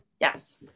Yes